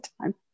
time